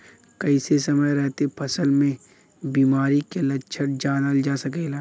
कइसे समय रहते फसल में बिमारी के लक्षण जानल जा सकेला?